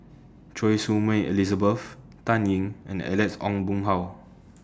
Choy Su Moi Elizabeth Dan Ying and Alex Ong Boon Hau